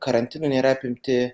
karantinu nėra apimti